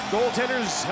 Goaltenders